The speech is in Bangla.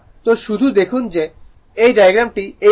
তো শুধু দেখুন এই ডায়াগ্রামটি এই রকম